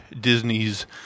Disney's